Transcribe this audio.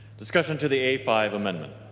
discussion to the a five amendment